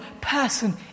person